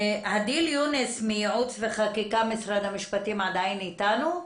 הדיל יונס מייעוץ וחקיקה במשרד המשפטים עדיין איתנו?